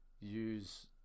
use